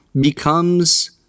becomes